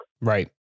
Right